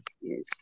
Yes